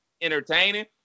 Entertaining